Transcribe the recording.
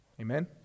Amen